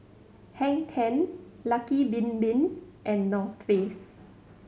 Hang Ten Lucky Bin Bin and North Face